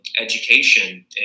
education